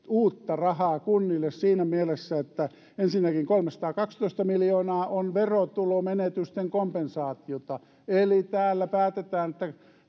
uutta rahaa kunnille siinä mielessä että ensinnäkin kolmesataakaksitoista miljoonaa on verotulomenetysten kompensaatiota eli täällä päätetään että